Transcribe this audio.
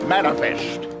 Manifest